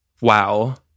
Wow